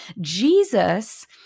Jesus